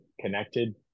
connected